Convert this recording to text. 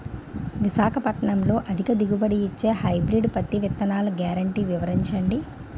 విశాఖపట్నంలో అధిక దిగుబడి ఇచ్చే హైబ్రిడ్ పత్తి విత్తనాలు గ్యారంటీ వివరించండి?